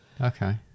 Okay